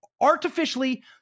artificially